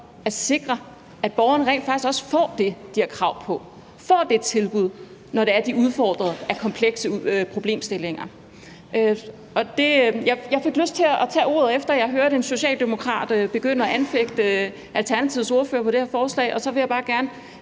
at sikre, at borgerne rent faktisk også får det, de har krav på, får det tilbud, når de er udfordret af komplekse problemstillinger? Jeg fik lyst til at tage ordet, efter jeg hørte en socialdemokrat begynde at anfægte Alternativets ordfører på det her forslag, og så vil jeg bare gerne